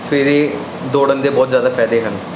ਸਵੇਰੇ ਦੌੜਨ ਦੇ ਬਹੁਤ ਜਿਆਦਾ ਫਾਇਦੇ ਹਨ